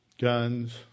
Guns